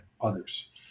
others